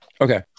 Okay